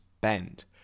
bend